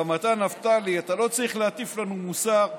גם אתה, נפתלי, אתה לא צריך להטיף לנו מוסר.